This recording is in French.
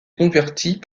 convertis